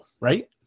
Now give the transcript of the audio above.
right